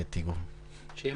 גם